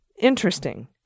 interesting